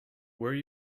where